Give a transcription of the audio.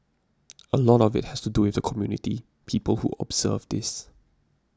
a lot of it has to do with the community people who observe this